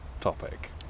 topic